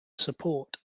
support